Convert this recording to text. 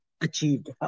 achieved